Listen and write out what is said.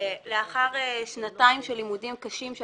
לאחר שנתיים של לימודים קשים כאשר